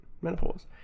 menopause